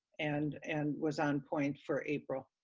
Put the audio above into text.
and and was on point for april.